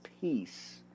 peace